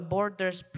Borders